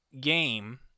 game